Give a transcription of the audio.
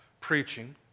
preaching